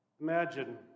Imagine